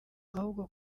ahubwo